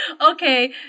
okay